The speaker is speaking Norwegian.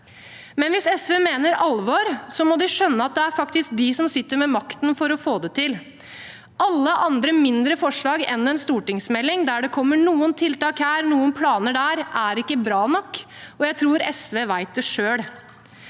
Hvis SV mener alvor, må de skjønne at det faktisk er dem som sitter med makten for å få det til. Alle andre forslag mindre enn en stortingsmelding, der det kommer noen tiltak her og noen planer der, er ikke bra nok. Og jeg tror SV vet det selv.